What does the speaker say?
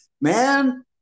man